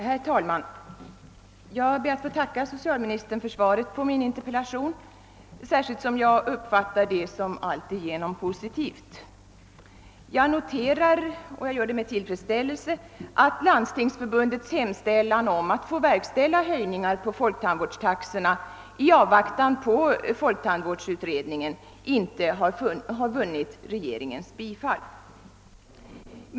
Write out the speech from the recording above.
Herr talman! Jag ber att få tacka socialministern för svaret på min interpellation särskilt som jag uppfattar det som alltigenom positivt. Jag noterar — och jag gör det med tillfredsställelse — att Landstingsförbundets hemställan om att få verkställa. höjning av folktandvårdstaxorna i avvaktan på folktandvårdsutredningens resultat inte har vunnit regeringens bifall.